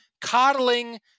coddling